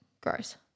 gross